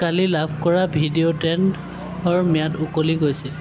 কালি লাভ কৰা ভিডিঅ' ট্ৰেণ্ডৰ ম্যাদ উকলি গৈছিল